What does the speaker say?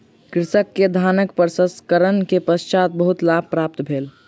कृषक के धानक प्रसंस्करण के पश्चात बहुत लाभ प्राप्त भेलै